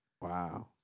Wow